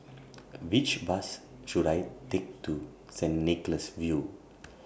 Which Bus should I Take to Saint Nicholas View